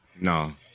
No